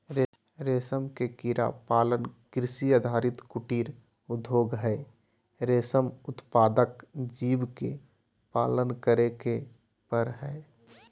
रेशम के कीड़ा पालन कृषि आधारित कुटीर उद्योग हई, रेशम उत्पादक जीव के पालन करे के पड़ हई